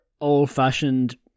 old-fashioned